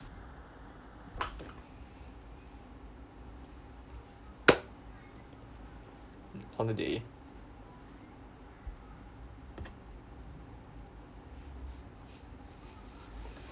holiday